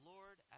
Lord